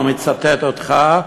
ואני מצטט אותך,